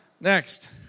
Next